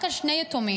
רק על שני יתומים,